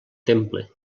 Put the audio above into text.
temple